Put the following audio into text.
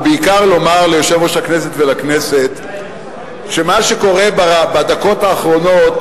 ובעיקר לומר ליושב-ראש הכנסת ולכנסת שמה שקורה בדקות האחרונות,